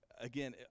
Again